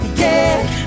get